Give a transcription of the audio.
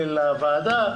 לוועדה,